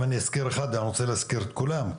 אם אני אזכיר אחד אני אצטרך להזכיר את כולם,